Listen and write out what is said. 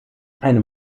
einem